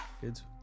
Kids